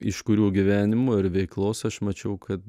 iš kurių gyvenimo ir veiklos aš mačiau kad